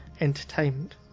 entertainment